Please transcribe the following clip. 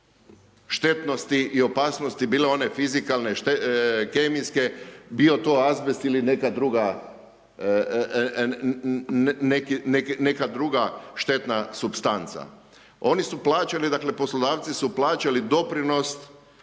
štetnosti i opasnosti, bile one fizikalne, kemijske, bio to azbest ili neka druga štetna supstanca. Oni su plaćali, dakle, poslodavci su plaćali doprinos